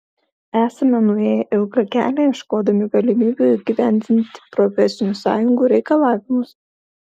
esame nuėję ilgą kelią ieškodami galimybių įgyvendinti profesinių sąjungų reikalavimus